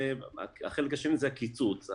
והחלק השני זה הקיצוץ.